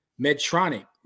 Medtronic